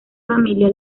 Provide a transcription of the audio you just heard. familia